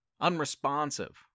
unresponsive